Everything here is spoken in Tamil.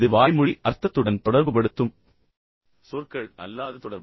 வாய்மொழி அர்த்தத்துடன் தொடர்புபடுத்துவதற்கான தொடர்பு